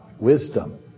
wisdom